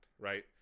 right